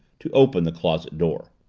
to open the closet door.